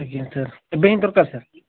ଆଜ୍ଞା ସାର୍ ଏବେ ହିଁ ଦରକାର ସାର୍